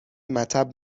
مطب